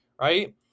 right